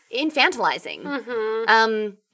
infantilizing –